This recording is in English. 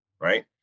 right